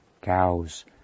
cows